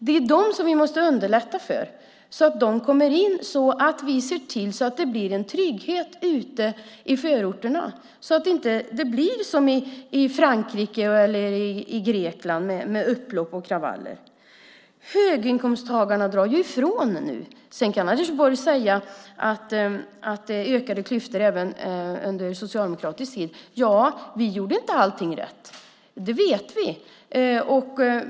Det är dem som vi måste underlätta för, så att de kommer in, så att vi ser till att det blir en trygghet ute i förorterna, så att det inte blir som i Frankrike eller i Grekland med upplopp och kravaller. Höginkomsttagarna drar ifrån nu. Sedan kan Anders Borg säga att klyftorna ökade även under socialdemokratisk tid. Ja, vi gjorde inte allting rätt. Det vet vi.